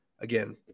Again